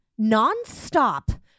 nonstop